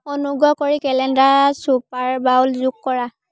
অনুগ্ৰহ কৰি কেলেণ্ডাৰত ছুপাৰ বাউল যোগ কৰা